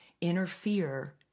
interfere